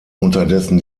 unterdessen